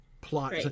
plot